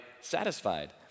satisfied